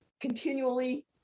continually